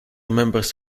members